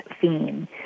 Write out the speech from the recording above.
theme